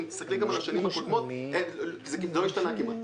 אם תסתכלי על השנים הקודמות זה לא השתנה כמעט.